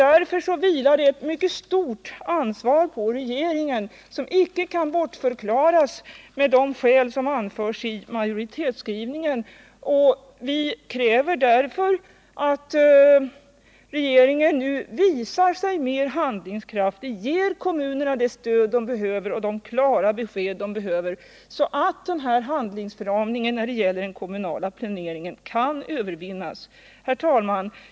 Därför vilar det ett mycket stort ansvar på regeringen som icke kan bortförklaras med de skäl som anförs i majoritetsskrivningen. Vi kräver av den anledningen att regeringen nu visar sig mer handlingskraftig, ger kommunerna det stöd och de klara besked som de behöver, så att handlingsförlamningen när det gäller den kommunala planeringen kan övervinnas. Herr talman!